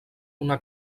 una